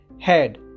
head